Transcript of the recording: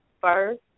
first